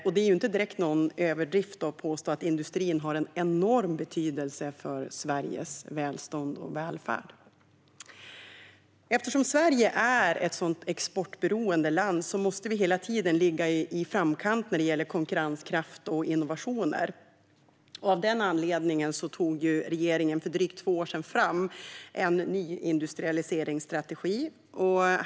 Det är alltså inte direkt någon överdrift att påstå att industrin har en enorm betydelse för Sveriges välstånd och välfärd. Eftersom Sverige är ett exportberoende land måste vi hela tiden ligga i framkant när det gäller konkurrenskraft och innovationer. Av den anledningen tog regeringen för drygt två år sedan fram en nyindustrialiseringsstrategi.